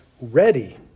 ready